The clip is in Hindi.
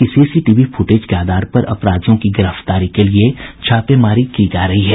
पूलिस सीसीटीवी फुटेज के आधार पर अपराधियों की गिरफ्तारी के लिए छापेमारी कर रही है